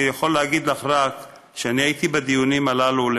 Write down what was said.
אני רק יכול להגיד לך שאני הייתי בדיונים הללו,